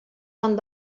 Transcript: tant